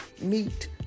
meet